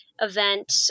event